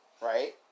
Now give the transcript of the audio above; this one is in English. right